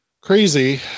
crazy